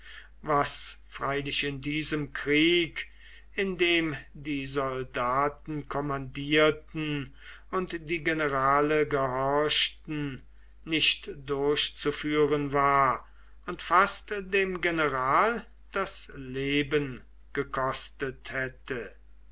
was freilich in diesem krieg in dem die soldaten kommandierten und die generale gehorchten nicht durchzuführen war und fast dem general das leben gekostet hätte